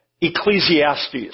Ecclesiastes